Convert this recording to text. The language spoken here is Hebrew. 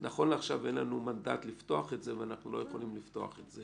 אבל נכון לעכשיו אין לנו מנדט לפתוח את זה ואנחנו לא יכולים לפתוח את זה